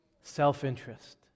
self-interest